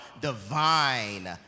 divine